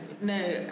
no